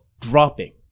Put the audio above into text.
dropping